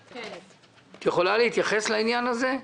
את יכולה להתייחס לעניין הזה?